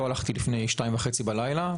על השעון, ולא הלכתי לפני 02:30 בלילה.